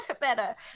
better